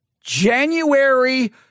January